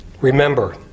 Remember